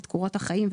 את קורות החיים,